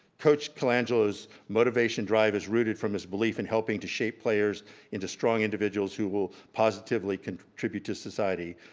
coach colangelo's motivation drive is rooted from his belief in helping to shape players into strong individuals who will positively contribute to society.